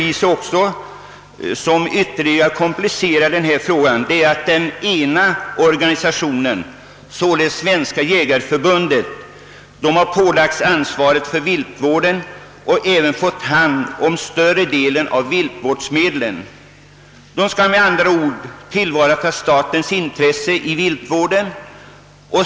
Vad som ytterligare komplicerar denna fråga är att den ena organisationen, Svenska jägareförbundet, har ålagts ansvaret för viltvården och även fått hand om större delen av viltvårdsmedlen. Denna organisation skall, med andra ord, tillvarata statens intressen när det gäller viltvården.